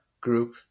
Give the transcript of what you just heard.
group